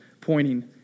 pointing